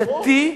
דתי,